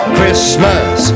Christmas